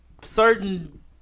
Certain